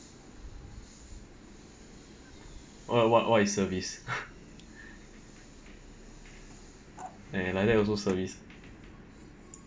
what what is service eh like that also service